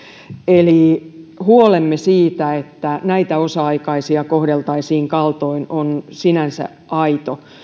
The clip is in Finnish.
eli huolemme siitä että näitä osa aikaisia kohdeltaisiin kaltoin on sinänsä aito